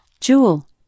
Jewel